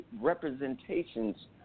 representations